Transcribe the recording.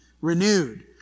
renewed